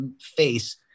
face